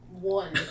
one